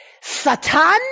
Satan